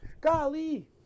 Golly